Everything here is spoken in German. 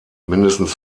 mindestens